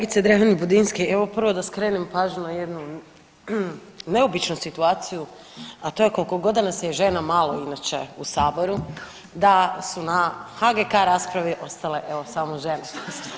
Kolegice Dreven Budinski, evo prvo da skrenem pažnju na jednu neobičnu situaciju, a to je da koliko god da nas je žena malo inače u Saboru, da su na HGK raspravi ostale evo samo žene.